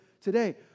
today